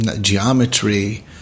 geometry